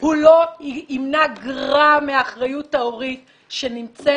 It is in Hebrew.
הוא לא ימנע גרם מהאחריות ההורית שנמצאת